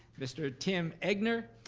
mr. tim egnor.